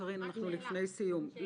אנחנו לפני סיום.